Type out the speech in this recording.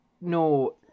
No